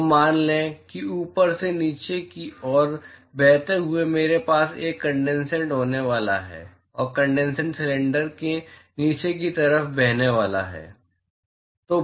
तो मान लें कि ऊपर से नीचे की ओर बहते हुए मेरे पास एक कंडेनसेट होने वाला है और कंडेनसेट सिलेंडर के नीचे की तरफ बहने वाला है